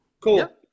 Cool